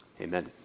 Amen